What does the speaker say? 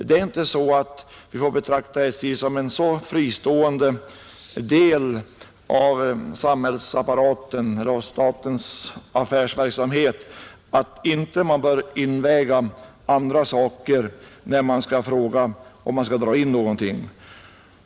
Vi får inte betrakta SJ som en så fristående del av samhällsapparaten eller av statens affärsverksamhet att man inte bör inväga även andra saker när det gäller att ta ställning till att dra in någonting.